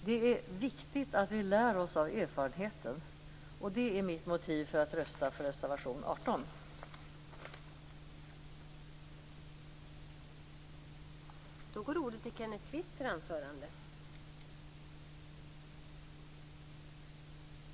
Det är viktigt att vi lär oss av erfarenheten. Det är mitt motiv för att rösta för godkännande av anmälan i reservation 18.